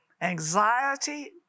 anxiety